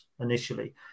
Initially